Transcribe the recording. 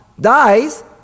dies